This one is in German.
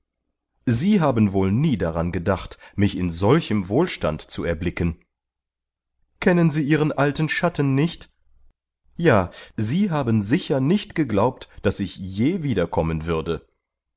sie haben wohl nie daran gedacht mich in solchem wohlstand zu erblicken kennen sie ihren alten schatten nicht ja sie haben sicher nicht geglaubt daß ich je wiederkommen würde